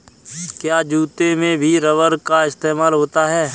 क्या जूतों में भी रबर का इस्तेमाल होता है?